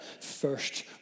first